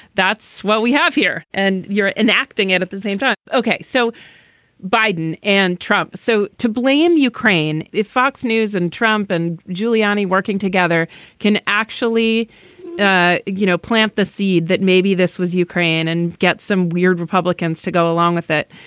that's what we have here. and you're enacting it at the same time. ok. so biden and trump. so to blame ukraine if fox news and trump and giuliani working together can actually ah you know plant the seed that maybe this was ukraine and get some weird republicans to go along with it.